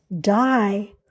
die